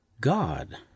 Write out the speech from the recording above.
God